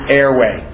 airway